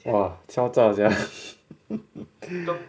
!wah! 敲诈 sia